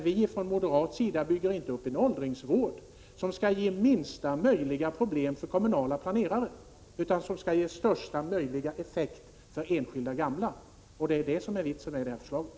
Men från moderat sida bygger vi inte upp en åldringsvård som skall ge minsta möjliga problem för kommunala planerare, utan en som skall ge största möjliga effekt för enskilda gamla. Det är vitsen med förslaget.